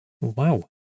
Wow